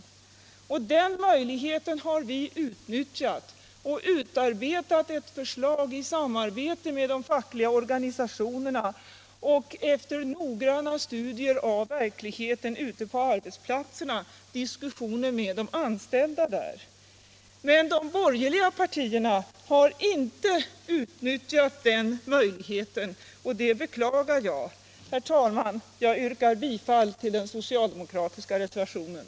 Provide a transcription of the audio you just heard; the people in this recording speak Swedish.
Den möjligheten har vi utnyttjat, och efter noggranna studier av verkligheten ute på arbetsplatserna och diskussioner med de anställda där har vi utarbetat ett förslag i samarbete med de fackliga organisationerna. Men de borgerliga partierna har inte utnyttjat den möjligheten, och det beklagar jag. Herr talman! Jag yrkar bifall till den socialdemokratiska reservationen.